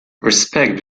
respect